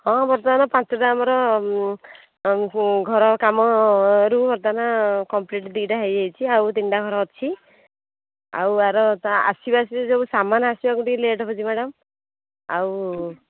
ହଁ ବର୍ତ୍ତମାନ ପାଞ୍ଚଟା ଆମର ଘର କାମରୁ ବର୍ତ୍ତମାନ କମ୍ପ୍ଲିଟ୍ ଦୁଇଟା ହୋଇଯାଇଛି ଆଉ ତିନିଟା ଘର ଅଛି ଆଉ ଆର ତା ଆସିବା ଆସିବ ସବୁ ଯେଉଁ ସାମାନ ଆସିବାକୁ ଟିକିଏ ଲେଟ୍ ହେଉଛି ମ୍ୟାଡ଼ମ୍ ଆଉ